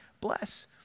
bless